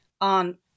on